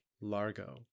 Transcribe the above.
Largo